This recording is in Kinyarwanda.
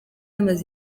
amaze